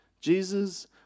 Jesus